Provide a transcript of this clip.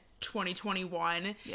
2021